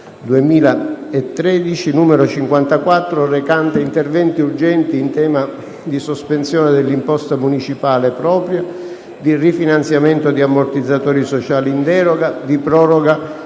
2013, n. 54, recante interventi urgenti in tema di sospensione dell'imposta municipale propria, di rifinanziamento di ammortizzatori sociali in deroga, di proroga